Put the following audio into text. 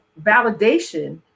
validation